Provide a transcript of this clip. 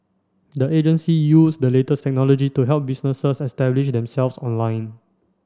the agency use the latest technology to help businesses establish themselves online